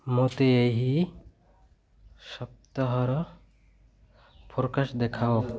ମୋତେ ଏହି ସପ୍ତାହର ଫୋର୍କାଷ୍ଟ୍ ଦେଖାଅ